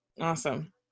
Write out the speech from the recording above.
awesome